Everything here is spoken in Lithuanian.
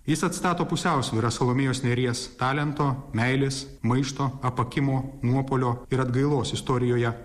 jis atstato pusiausvyrą salomėjos nėries talento meilės maišto apakimo nuopuolio ir atgailos istorijoje